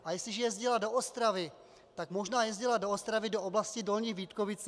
A jestliže jezdila do Ostravy, tak možná jezdila do Ostravy do oblasti Dolní Vítkovice.